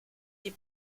die